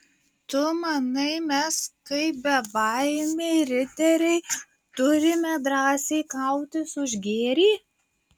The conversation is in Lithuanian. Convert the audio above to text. tu manai mes kaip bebaimiai riteriai turime drąsiai kautis už gėrį